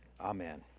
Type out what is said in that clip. Amen